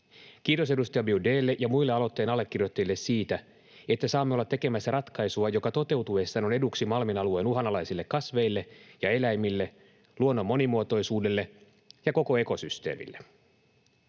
Kiitos edustaja Biaudet’lle ja muille aloitteen allekirjoittajille siitä, että saamme olla tekemässä ratkaisua, joka toteutuessaan on eduksi Malmin alueen uhanalaisille kasveille ja eläimille, luonnon monimuotoisuudelle ja koko ekosysteemille.